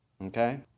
Okay